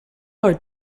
are